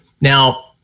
Now